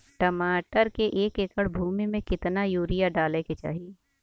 टमाटर के एक एकड़ भूमि मे कितना यूरिया डाले के चाही?